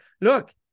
look